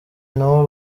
nabo